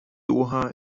doha